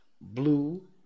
blue